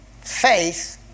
faith